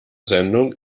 sendung